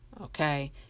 Okay